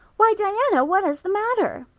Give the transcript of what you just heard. why, diana, what is the matter?